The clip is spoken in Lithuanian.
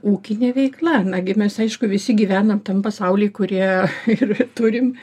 ūkinė veikla nagi mes aišku visi gyvenam tam pasauly kurie ir turim